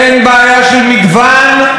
אין בעיה של מגוון,